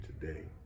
today